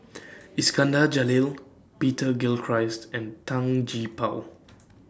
Iskandar Jalil Peter Gilchrist and Tan Gee Paw